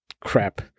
crap